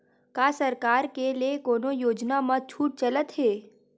का सरकार के ले कोनो योजना म छुट चलत हे?